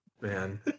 man